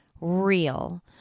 real